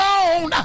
on